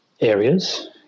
areas